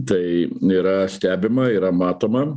tai yra stebima yra matoma